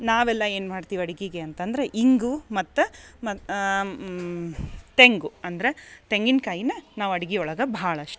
ನಾವೆಲ್ಲ ಏನು ಮಾಡ್ತೀವಿ ಅಡ್ಗೆಗೆ ಅಂತಂದರೆ ಇಂಗು ಮತ್ತು ಮ ತೆಂಗು ಅಂದ್ರೆ ತೆಂಗಿನ್ಕಾಯನ್ನ ನಾವು ಅಡ್ಗೆ ಒಳಗೆ ಭಾಳಷ್ಟು